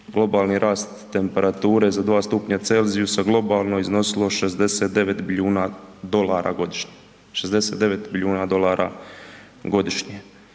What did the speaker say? globalni rast temperature za 2 stupnja Celzijusa globalno iznosilo 69 bilijuna dolara godišnje, 69 bilijuna dolara godišnje.